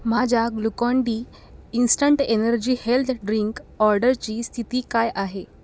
माझ्या Glucon D instant energy health drink ऑर्डरची स्थिती काय आहे